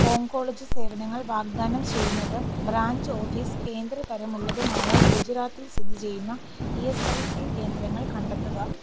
oncology സേവനങ്ങൾ വാഗ്ദാനം ചെയ്യുന്നതും ബ്രാഞ്ച് ഓഫീസ് കേന്ദ്ര തരം ഉള്ളതുമായ ഗുജറാത്തിൽ സ്ഥിതി ചെയ്യുന്ന ഇ എസ് ഐ സി കേന്ദ്രങ്ങൾ കണ്ടെത്തുക